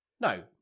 No